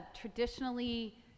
traditionally